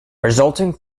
resulting